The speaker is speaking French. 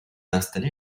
installé